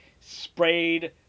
sprayed